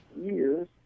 years